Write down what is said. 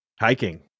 Hiking